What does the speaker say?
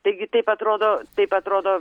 taigi taip atrodo taip atrodo